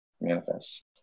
manifest